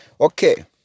Okay